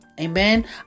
Amen